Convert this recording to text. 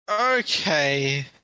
Okay